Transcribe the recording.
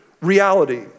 reality